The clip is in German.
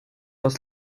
aus